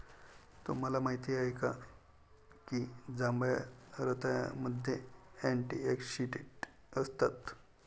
तुम्हाला माहित आहे का की जांभळ्या रताळ्यामध्ये अँटिऑक्सिडेंट असतात?